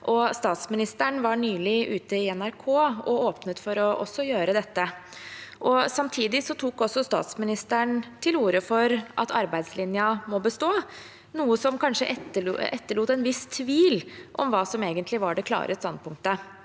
statsministeren var nylig ute i NRK og åpnet for å gjøre dette. Samtidig tok statsministeren til orde for at arbeidslinja må bestå, noe som kanskje etterlot en viss tvil om hva som egentlig var det klare standpunktet.